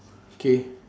K